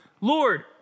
Lord